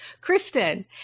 Kristen